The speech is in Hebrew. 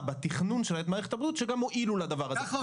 בתכנון שלה את מערכת הבריאות שגם הועילו לדבר הזה.